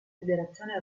federazione